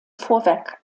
vorwerk